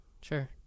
sure